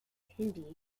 hindi